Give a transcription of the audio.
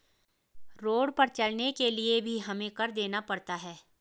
road पर चलने के लिए भी हमें कर देना पड़ता है